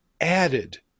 added